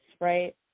right